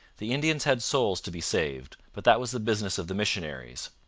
the indians had souls to be saved, but that was the business of the missionaries.